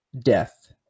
death